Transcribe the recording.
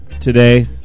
today